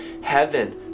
Heaven